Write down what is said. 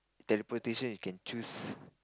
teleportation you can choose